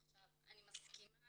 אני מסכימה